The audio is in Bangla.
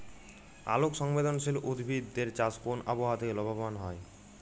আলোক সংবেদশীল উদ্ভিদ এর চাষ কোন আবহাওয়াতে লাভবান হয়?